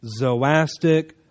Zoastic